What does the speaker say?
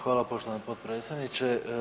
Hvala poštovani potpredsjedniče.